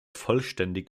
vollständig